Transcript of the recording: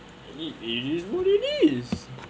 it it is what it is